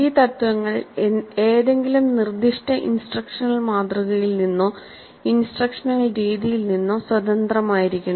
ഈ തത്ത്വങ്ങൾ ഏതെങ്കിലും നിർദ്ദിഷ്ട ഇൻസ്ട്രക്ഷണൽ മാതൃകയിൽ നിന്നോ ഇൻസ്ട്രക്ഷണൽ രീതിയിൽ നിന്നോ സ്വതന്ത്രമായിരിക്കണം